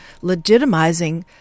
legitimizing